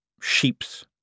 Sheep's